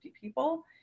people